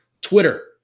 Twitter